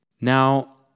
Now